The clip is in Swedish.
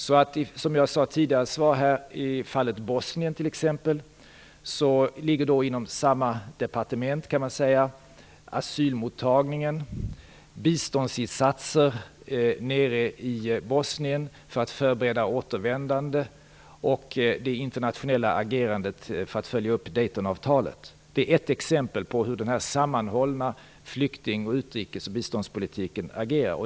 Som jag har sagt tidigare i ett svar: I t.ex. fallet Bosnien ligger asylmottagningen, biståndsinsatser nere i Bosnien för att förbereda återvändande och det internationella agerandet för att följa upp Daytonavtalet inom samma departement, kan man säga. Det är ett exempel på hur den sammanhållna flykting-, utrikes och biståndspolitiken fungerar.